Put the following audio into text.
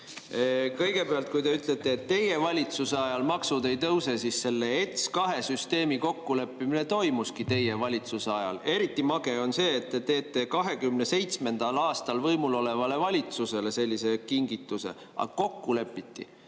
Kõigepealt, kui te ütlete, et teie valitsuse ajal maksud ei tõuse, siis selle ETS2 süsteemi kokkuleppimine toimuski teie valitsuse ajal. Eriti mage on see, et te teete 2027. aastal võimulolevale valitsusele sellise kingituse, aga kokku lepiti